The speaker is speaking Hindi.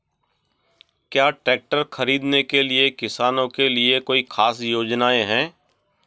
क्या ट्रैक्टर खरीदने के लिए किसानों के लिए कोई ख़ास योजनाएं हैं?